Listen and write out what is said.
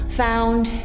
found